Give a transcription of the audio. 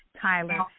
Tyler